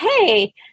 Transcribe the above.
hey